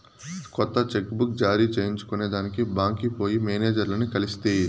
కొత్త cheque book జారీ చేయించుకొనేదానికి బాంక్కి పోయి మేనేజర్లని కలిస్తి